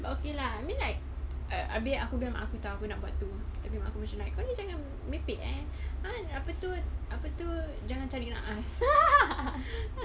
but okay lah I mean like err a bit aku tahu aku nak buat tu tapi aku macam like kau ni jangan merepek ah apa tu apa tu jangan cari nahas